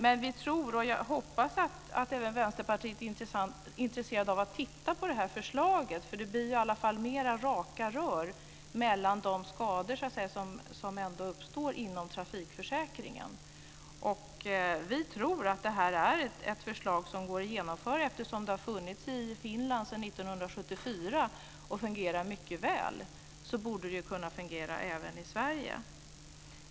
Men vi tror på och jag hoppas att även Vänsterpartiet är intresserat av att titta närmare på det här förslaget. Det blir i alla fall mer raka rör vad gäller de skador som ändå uppstår inom trafikförsäkringens område. Vi tror att det här är ett förslag som går att genomföra. Eftersom det har funnits i Finland sedan 1974, och fungerar mycket väl, borde det kunna fungera även i Sverige.